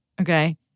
Okay